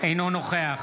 אינו נוכח